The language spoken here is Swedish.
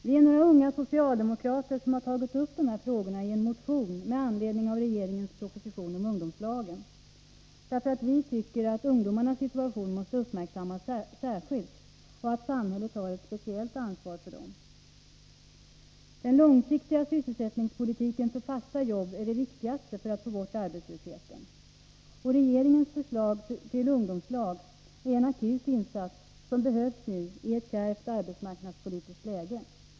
Vi är några unga socialdemokrater som har tagit upp de här frågorna i en motion med anledning av regeringens proposition om ungdomslag därför att vi tycker att ungdomarnas situation måste uppmärksammas särskilt och samhället har ett speciellt ansvar för dem. Den långsiktiga sysselsättningspolitiken för fasta jobb är det viktigaste för att få bort arbetslösheten, och regeringens förslag till ungdomslag är en akut insats som behövs nu i ett kärvt arbetsmarknadspolitiskt läge.